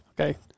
okay